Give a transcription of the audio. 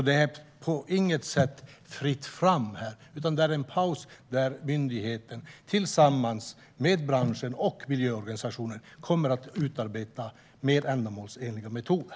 Det är alltså på inget sätt fritt fram här, utan det är en paus då myndigheten tillsammans med branschen och miljöorganisationer kommer att utarbeta mer ändamålsenliga metoder.